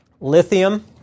Lithium